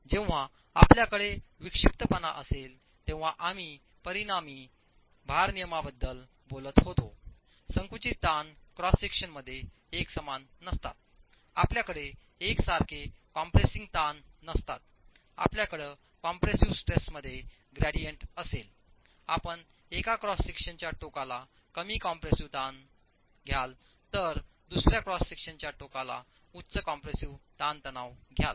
जेव्हा आपल्याकडे विक्षिप्तपणा असेल तेव्हा आम्ही परिणामी भारनियमनाबद्दल बोलत होतो संकुचित ताण क्रॉस सेक्शन मध्ये एकसमान नसतात आपल्याकडे एकसारखे कॉम्पॅप्रेसिंग ताण नसतात आपल्याकडे कॉम्प्रेसिव्ह स्ट्रेसमध्ये ग्रेडियंट असेल आपण एका क्रॉस सेक्शनच्या टोकाला कमी कॉम्प्रेसिव्ह ताणतणाव घ्याल तर दुसर्या क्रॉस सेक्शनच्या टोकाला उच्च कॉम्प्रेसिव्ह ताणतणाव घ्याल